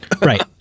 Right